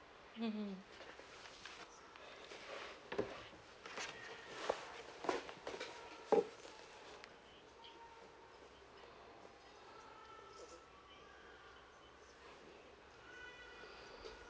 mmhmm